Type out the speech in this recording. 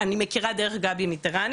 אני מכירה דרך גבי (גבריאלה) מטרני